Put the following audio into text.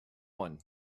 one